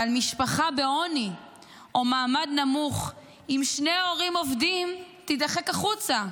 אבל משפחה בעוני או מעמד נמוך עם שני הורים עובדים תידחק החוצה.